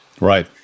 Right